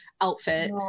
outfit